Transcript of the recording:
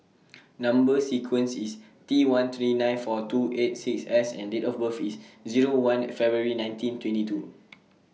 Number sequence IS T one three nine four two eight six S and Date of birth IS Zero one February nineteen twenty two